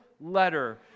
letter